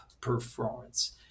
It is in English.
performance